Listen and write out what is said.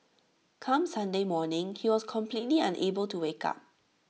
come Sunday morning he was completely unable to wake up